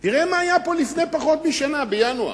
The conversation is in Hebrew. תראה מה היה פה לפני פחות משנה, בינואר,